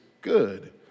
good